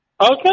Okay